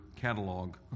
catalog